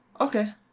Okay